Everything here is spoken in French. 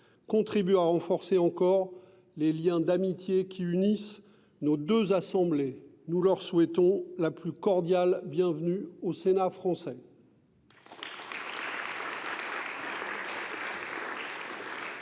contribue à renforcer encore les liens d'amitié qui unissent nos deux assemblées. Nous leur souhaitons la plus cordiale bienvenue au Sénat français.